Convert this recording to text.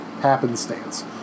happenstance